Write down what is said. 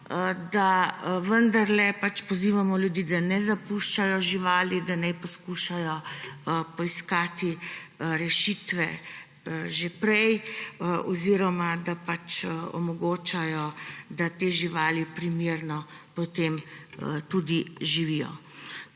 da pozivamo ljudi, da ne zapuščajo živali, da naj poskušajo poiskati rešitve že prej oziroma da pač omogočajo, da te živali potem primerno živijo.